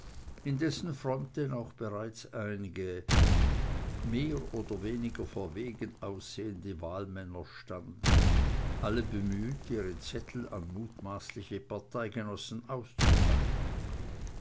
in dessen front denn auch bereits etliche mehr oder weniger verwogen aussehende wahlmänner standen alle bemüht ihre zettel an mutmaßliche parteigenossen auszuteilen